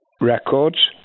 records